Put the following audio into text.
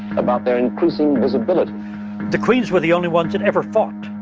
about their increasing visibility the queens were the only ones that ever fought.